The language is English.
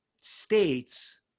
states